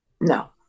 No